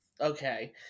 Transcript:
Okay